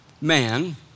man